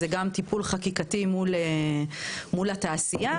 זה גם טיפול חקיקתי מול התעשייה,